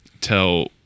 tell